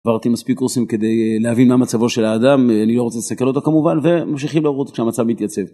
עברתי מספיק קורסים כדי להבין מה מצבו של האדם אני לא רוצה לסכן אותו כמובן וממשיכים לעבוד כשמצב מתייצב.